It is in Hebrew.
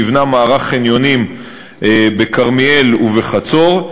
נבנה מערך חניונים בכרמיאל ובחצור,